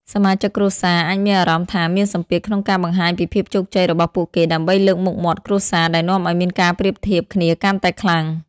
សមាជិកគ្រួសារអាចមានអារម្មណ៍ថាមានសម្ពាធក្នុងការបង្ហាញពីភាពជោគជ័យរបស់ពួកគេដើម្បីលើកមុខមាត់គ្រួសារ ដែលនាំឲ្យមានការប្រៀបធៀបគ្នាកាន់តែខ្លាំង។